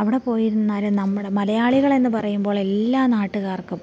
അവിടെ പോയി നിന്നാല്ൽ നമ്മുടെ മലയാളികളെന്ന് പറയുമ്പോൾ എല്ലാ നാട്ടുകാർക്കും